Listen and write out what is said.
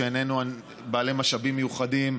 שאיננו בעלי משאבים מיוחדים,